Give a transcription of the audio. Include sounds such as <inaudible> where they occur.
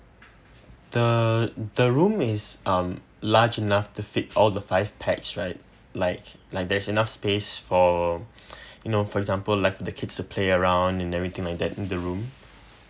the the room is um large enough to fit all the five pax right like like there's enough space for <breath> you know for example like the kids to play around and everything like that in the room